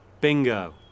Bingo